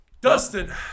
Dustin